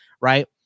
Right